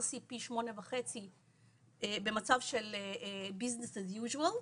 RCP 8.5 במצב של "עסקים כרגיל",